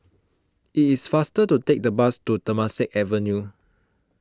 it is faster to take the bus to Temasek Avenue